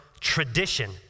Tradition